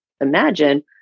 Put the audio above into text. imagine